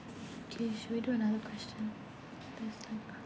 please we do another question that's like a